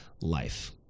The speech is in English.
life